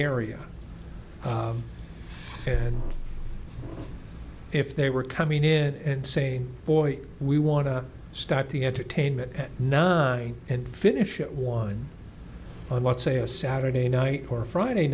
area and if they were coming in and say boy we want to start the entertainment at nine and finish it one let's say a saturday night or friday